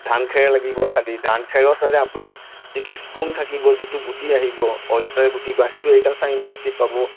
ধান খেৰ লাগিব খালি ধান খেৰতে আপুনি যিটো স্পুন থাকিব যিটো গুটি আহিব অয়েষ্টাৰ গুটি বা সেইটো এগ্ৰিকালচাৰ ইউনিভাৰ্চিটিত পাব